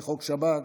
בחוק השב"כ,